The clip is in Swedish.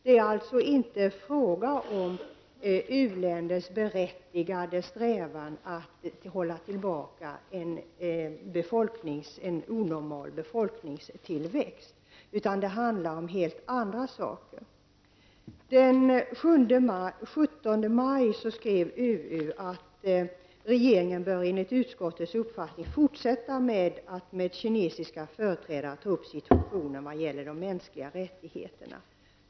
Det är således inte fråga om u-länders berättigade strävan att hålla tillbaka en onormal befolkningstillväxt, utan det handlar om helt andra saker. Den 17 maj skrev utrikesutskottet att regeringen enligt utskottets uppfattning bör fortsätta med att med kinesiska företrädare ta upp situationer vad gäller de mänskliga rättigheterna.